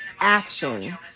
action